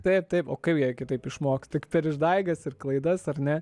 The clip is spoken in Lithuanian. taip taip o kaip jie kitaip išmoks tik per išdaigas ir klaidas ar ne